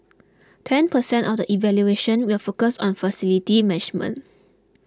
ten percent of the evaluation will focus on facility management